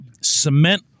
cement